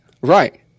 Right